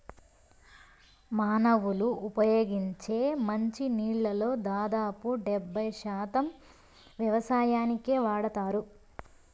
మానవులు ఉపయోగించే మంచి నీళ్ళల్లో దాదాపు డెబ్బై శాతం వ్యవసాయానికే వాడతారు